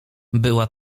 była